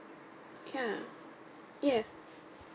ya yes